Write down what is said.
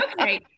okay